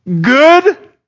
good